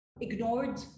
ignored